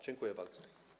Dziękuję bardzo.